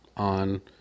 on